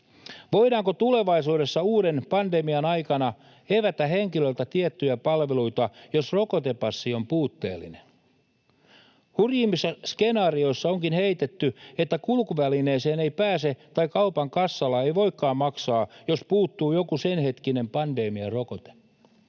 Voidaanko tulevaisuudessa uuden pandemian aikana evätä henkilöltä tiettyjä palveluita, jos rokotepassi on puutteellinen? Hurjimmissa skenaarioissa onkin heitetty, että kulkuvälineeseen ei pääse tai kaupan kassalla ei voikaan maksaa, jos puuttuu joku senhetkinen pandemiarokote.